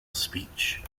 speech